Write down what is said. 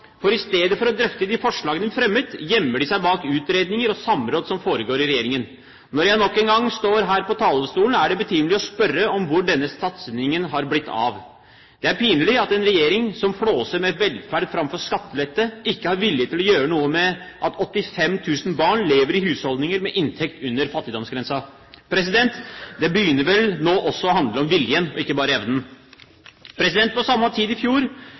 For i stedet for å drøfte de forslagene vi fremmet, gjemmer de seg bak utredninger og samråd som foregår i regjeringen. Når jeg nok en gang står her på talerstolen, er det betimelig å spørre om hvor denne satsingen har blitt av. Det er pinlig at en regjering som flåser med velferd framfor skattelette, ikke har vilje til å gjøre noe med at 85 000 barn lever i husholdninger med inntekt under fattigdomsgrensen. Det begynner vel nå også å handle om viljen, ikke bare evnen. På samme tid i fjor